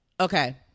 Okay